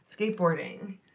skateboarding